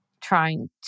trying